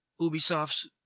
Ubisoft's